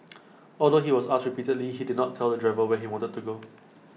although he was asked repeatedly he did not tell the driver where he wanted to go